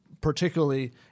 particularly